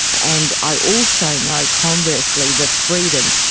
and i also know, conversely, the freedom,